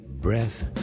breath